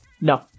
No